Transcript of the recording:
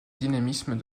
dynamisme